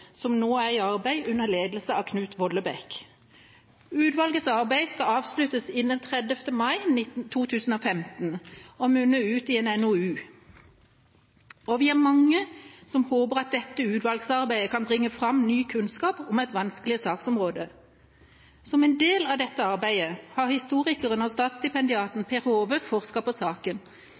som nå er i arbeid under ledelse av Knut Vollebæk. Utvalgets arbeid skal avsluttes innen 30. mai 2015 og munne ut i en NOU. Vi er mange som håper at dette utvalgsarbeidet kan bringe fram ny kunnskap om et vanskelig saksområde. Som en del av dette arbeidet har historiker og statsstipendiat Per Haave forsket på saken.